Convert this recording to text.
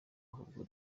ahubwo